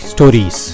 Stories